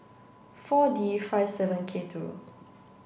four D five seven K two